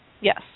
yes